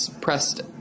pressed